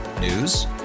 News